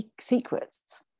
secrets